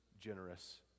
generous